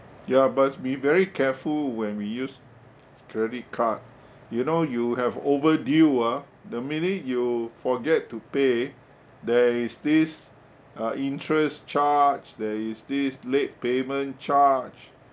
ya must be very careful when we use credit card you know you have overdue ah the minute you forget to pay there is this uh interest charge there is this late payment charge